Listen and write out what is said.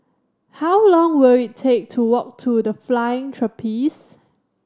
how long will it take to walk to The Flying Trapeze